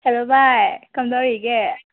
hello ꯚꯥꯏ ꯀꯝꯗꯧꯔꯤꯒꯦ